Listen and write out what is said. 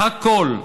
הכול,